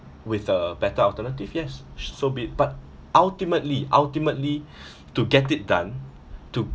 with a better alternative yes so be it but ultimately ultimately to get it done to